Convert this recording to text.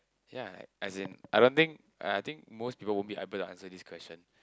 ya as in I don't think I I think most people won't be able to answer this question